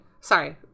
Sorry